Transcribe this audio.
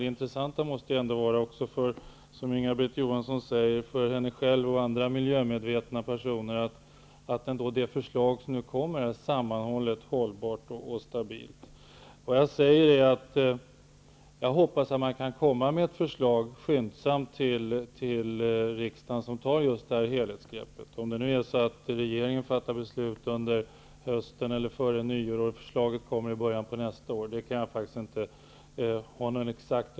Det angelägna måste också för Inga-Britt Johansson och andra miljömedvetna personer vara att det förslag som kommer är sammanhållet, hållbart och stabilt. Jag hoppas att man kan komma med ett sådant förslag skyndsamt till riksdagen, där detta helhetsgrepp tas. Jag kan faktiskt inte ha någon exakt uppfattning om ifall regeringen fattar beslut under hösten eller före nyår, och förslaget kommer i början av nästa år.